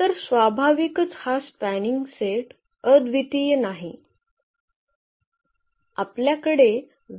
तर स्वाभाविकच हा स्पॅनिंग सेट अद्वितीय नाही आपल्याकडे